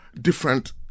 different